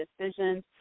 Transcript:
decisions